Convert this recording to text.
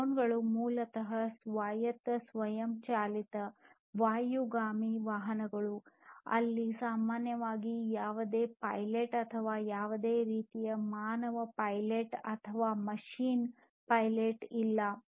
drone ಗಳು ಮೂಲತಃ ಸ್ವಾಯತ್ತ ಸ್ವಯಂ ಚಾಲಿತ ವಾಯುಗಾಮಿ ವಾಹನಗಳು ಅಲ್ಲಿ ಸಾಮಾನ್ಯವಾಗಿ ಯಾವುದೇ ಪೈಲಟ್ ಅಥವಾ ಯಾವುದೇ ರೀತಿಯ ಮಾನವ ಪೈಲಟ್ ಅಥವಾ ಮೆಷಿನ್ ಪೈಲಟ್ ಇಲ್ಲ